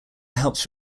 helps